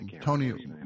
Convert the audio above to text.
Tony